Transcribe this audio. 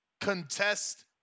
contest